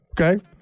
Okay